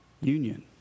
union